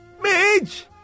Midge